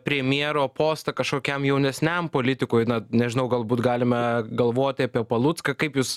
premjero postą kažkokiam jaunesniam politikui na nežinau galbūt galime galvoti apie palucką kaip jūs